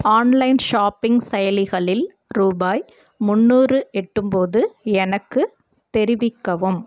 online shopping செயலிகளில் ரூபாய் முந்நூறு எட்டும்போது எனக்கு தெரிவிக்கவும்